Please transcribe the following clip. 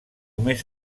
més